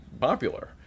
popular